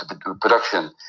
production